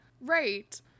right